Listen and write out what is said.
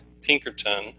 Pinkerton